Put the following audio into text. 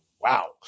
wow